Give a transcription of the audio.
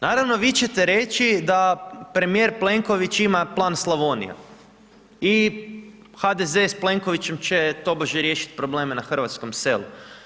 Naravno, vi ćete reći da premijer Plenković ima plan Slavonija i HDZ s Plenkovićem će tobože riješit probleme na hrvatskom selu.